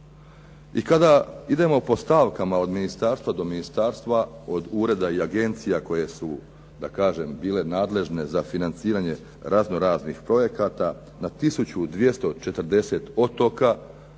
I kada idemo po stavkama od ministarstva do ministarstva, od ureda i agencija koje su da kažem bile nadležne za financiranje razno raznih projekata na tisuću 240 otoka